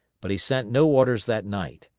but he sent no orders that night.